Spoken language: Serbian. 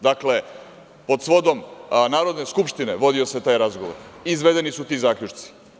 Dakle, pod svodom Narodne skupštine vodio se taj razgovor i izvedeni su ti zaključci.